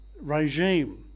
regime